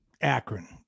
Akron